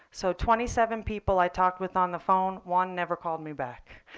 so twenty seven people, i talked with on the phone. one never called me back.